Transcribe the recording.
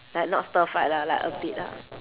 like not stir fried lah like a bit ah